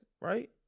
right